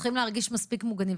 צריכים להרגיש מספיק מוגנים,